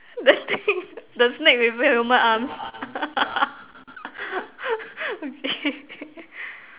the thing the snake with human arms okay